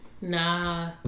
Nah